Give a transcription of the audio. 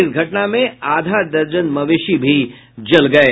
इस घटना में आधा दर्जन मवेशी भी जल गये